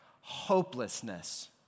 hopelessness